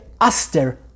Aster